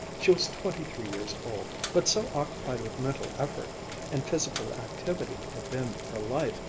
she was twenty-three years old, but so occupied with mental effort and physical activity had been her life,